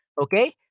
Okay